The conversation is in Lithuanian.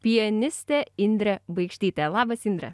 pianistė indrė baikštytė labas indre